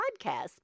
podcast